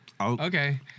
okay